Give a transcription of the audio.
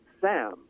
Sam